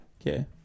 okay